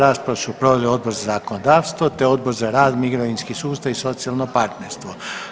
Raspravu su proveli Odbor za zakonodavstvo, te Odbor za rad, mirovinski sustav i socijalno partnerstvo.